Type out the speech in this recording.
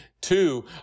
Two